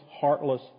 heartless